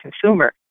consumer